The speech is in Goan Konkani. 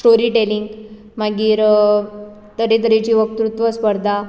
स्टोरी टेलिंग मागीर तरेतरेची वक्तृत्व स्पर्धा